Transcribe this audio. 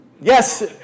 Yes